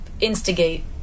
instigate